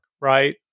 right